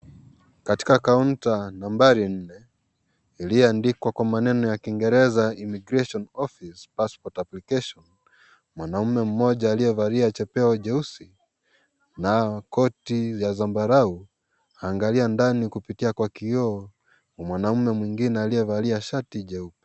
Katika kaunta nambari nne, ilio andikwa kwa kiingereza (cs)immigration office, passport application (cs),mwanaume mmoja aliyevalia chepeo cheusi, na koti ya zambarau, aangalia ndani kupitia kwa kioo, mwanaume mwingine aliye valia shati jeupe.